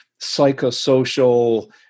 psychosocial